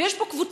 ויש פה קבוצה,